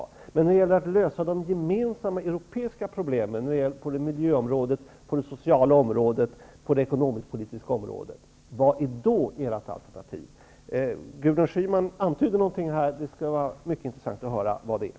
Men vad är ert alternativ för att lösa de gemensamma europeiska problemen på miljöområdet, på det sociala området, på det ekonomisk-politiska området? Gudrun Schyman antydde här någonting. Det skulle vara mycket intressant att höra vad det är.